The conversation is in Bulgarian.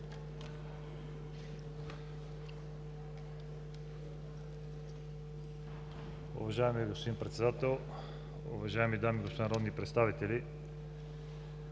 Уважаеми господин Председател, уважаеми дами и господа народни представители!